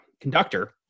conductor